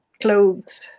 clothes